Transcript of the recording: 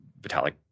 Vitalik